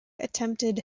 attempted